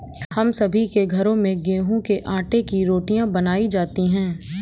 हम सभी के घरों में गेहूं के आटे की रोटियां बनाई जाती हैं